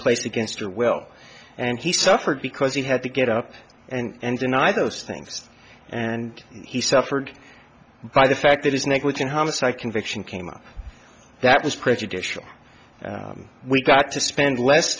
place against her will and he suffered because he had to get up and deny those things and he suffered by the fact that his negligent homicide conviction came up that was prejudicial we got to spend less